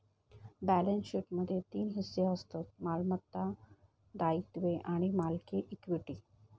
balance शीटमध्ये तीन हिस्से असतत मालमत्ता, दायित्वे आणि मालकी इक्विटी